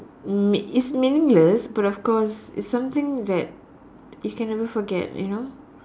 m~ it's meaningless but of course it's something that you can never forget you know